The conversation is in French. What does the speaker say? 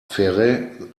ferais